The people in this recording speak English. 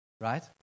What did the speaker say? right